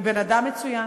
היא בן-אדם מצוין.